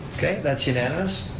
okay, that's unanimous,